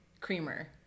creamer